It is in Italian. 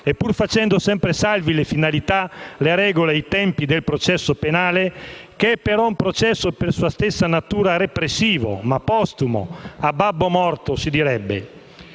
E pur facendo sempre salvi le finalità, le regole e i tempi del processo penale, che è però un processo per sua stessa natura repressivo, ma postumo, "a babbo morto" si direbbe.